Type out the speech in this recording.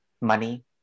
money